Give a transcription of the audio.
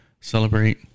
celebrate